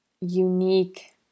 unique